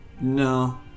No